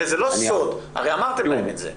הרי זה לא סוד, אמרתם להם את זה.